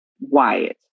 Wyatt